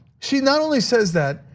she not only says that.